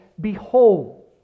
Behold